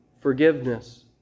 forgiveness